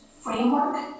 framework